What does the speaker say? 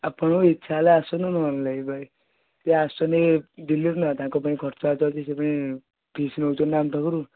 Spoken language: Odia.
ଆପଣ ଇଚ୍ଛା ହେଲେ ଆସନ୍ତୁ ନହେଲା ନାହିଁ ଭାଇ ସେ ଆସୁଛନ୍ତି ଦିଲ୍ଲୀରୁ ନା ତାଙ୍କ ପାଇଁ ଖର୍ଚ୍ଚ ବାର୍ଚ୍ଚ ଅଛି ସେ ପୁଣି ଫିସ୍ ନେଉଛନ୍ତି ନା ଆମ ପାଖରୁ